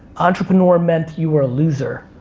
entrepreneur meant you were a loser,